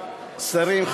שרים,